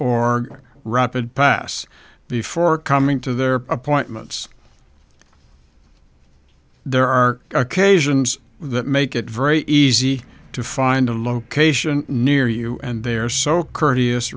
org rapid pass before coming to their appointments there are occasions that make it very easy to find a location near you and they're so courteous